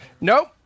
Nope